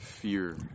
fear